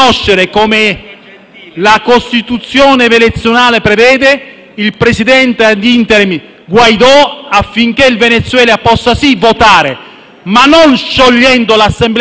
la Costituzione venezuelana prevede, il presidente *ad interim* Guaidó, affinché il Venezuela possa sì votare, ma non sciogliendo l'Assemblea nazionale come